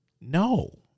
No